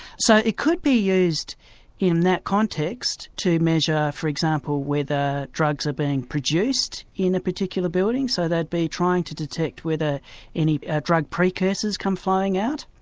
so it could be used in that context to measure for example, whether drugs are being produced in a particular building, so they'd be trying to detect whether any drug precursors come flowing out,